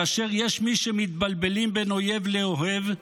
כאשר יש מי שמתבלבלים בין אויב לאוהב,